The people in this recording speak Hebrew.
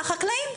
החקלאים.